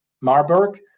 Marburg